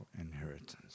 inheritance